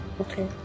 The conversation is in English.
Okay